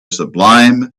sublime